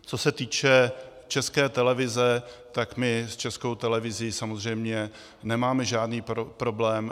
Co se týče České televize, tak my s Českou televizí samozřejmě nemáme žádný problém.